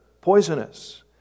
poisonous